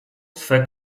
swe